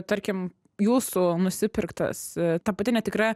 tarkim jūsų nusipirktas ta pati netikra